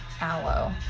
Aloe